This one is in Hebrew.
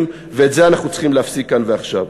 ואת זה אנחנו צריכים להפסיק כאן ועכשיו.